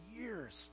years